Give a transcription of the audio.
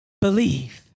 believe